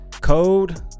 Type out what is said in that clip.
code